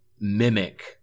mimic